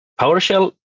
powershell